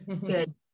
good